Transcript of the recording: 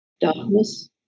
darkness